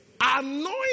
Anoint